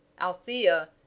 Althea